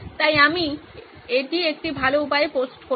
তাই আমি এটি একটি ভাল উপায়ে পোস্ট করব